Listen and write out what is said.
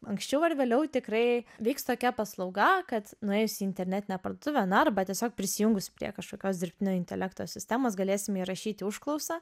anksčiau ar vėliau tikrai vyks tokia paslauga kad nuėjus į internetinę parduotuvę na arba tiesiog prisijungus prie kažkokios dirbtinio intelekto sistemos galėsime įrašyti užklausą